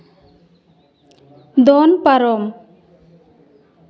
ᱫᱚᱱ ᱯᱟᱨᱚᱢ